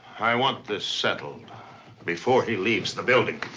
i want this settled before he leaves the building.